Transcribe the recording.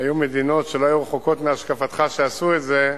היו מדינות שלא היו רחוקות מהשקפתך, שעשו את זה.